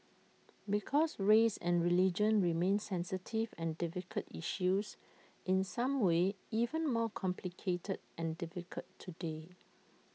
because race and religion remain sensitive and difficult issues in some ways even more complicated and difficult today